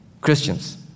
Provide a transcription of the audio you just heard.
Christians